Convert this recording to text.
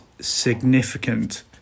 significant